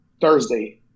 Thursday